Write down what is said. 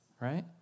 right